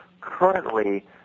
Currently